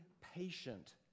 patient